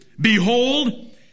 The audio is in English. Behold